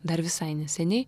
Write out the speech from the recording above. dar visai neseniai